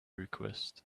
request